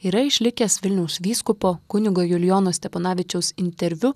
yra išlikęs vilniaus vyskupo kunigo julijono steponavičiaus interviu